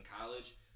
college